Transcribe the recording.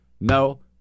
no